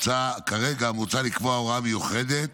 כרגע מוצע לקבוע הוראה מיוחדת